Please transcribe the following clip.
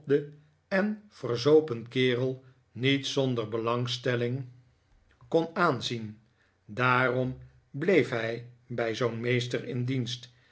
en verzopen kerel niet zonder belarigstelling kon nikolaas nick leby aanzien daarom bleef hij bij zoo'n meester in dienst